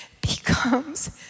becomes